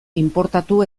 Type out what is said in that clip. inportatu